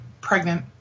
pregnant